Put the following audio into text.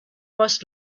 must